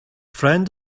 friend